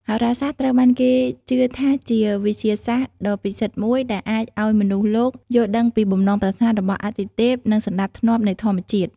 ហោរាសាស្ត្រត្រូវបានគេជឿថាជាវិទ្យាសាស្ត្រដ៏ពិសិដ្ឋមួយដែលអាចឲ្យមនុស្សលោកយល់ដឹងពីបំណងប្រាថ្នារបស់អាទិទេព និងសណ្តាប់ធ្នាប់នៃធម្មជាតិ។